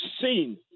seen